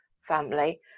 family